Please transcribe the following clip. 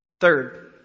Third